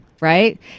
right